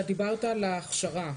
אתה דיברת על ההכשרה,